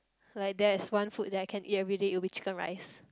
like there is one food that I can everyday it will be chicken-rice